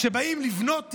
כשבאים לבנות עיר,